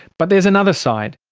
but there's another side.